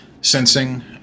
sensing